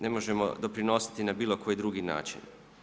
Ne možemo doprinositi na bilo koji drugi način.